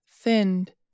thinned